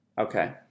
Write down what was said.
Okay